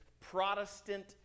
Protestant